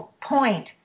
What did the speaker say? point